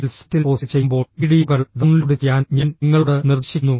L സൈറ്റിൽ post ചെയ്യുമ്പോൾ വീഡിയോകൾ ഡൌൺലോഡ് ചെയ്യാൻ ഞാൻ നിങ്ങളോട് നിർദ്ദേശിക്കുന്നു